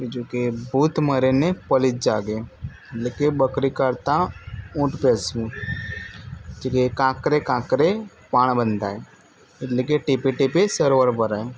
બીજું કે ભૂત મરે ને પલીત જાગે એટલે કે બકરી કાઢતા ઊંટ પેસ્યું કાંકરે કાંકરે પાળ બંધાય એટલે કે ટીપે ટીપે સરોવર ભરાય